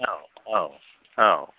औ औ औ